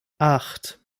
acht